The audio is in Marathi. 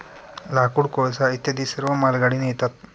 लाकूड, कोळसा इत्यादी सर्व मालगाडीने येतात